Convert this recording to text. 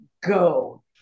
go